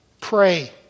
pray